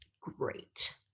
great